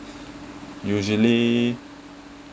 usually